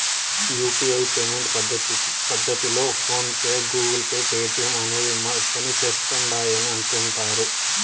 UPI payment పద్దతిలో PhonePe, Google Pay, Paytm అనేవి పనిసేస్తిండాయని అంటుడారు